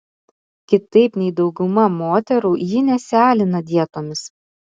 kitaip nei dauguma moterų ji nesialina dietomis